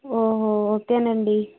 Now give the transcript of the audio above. ఓహో ఓకేనండి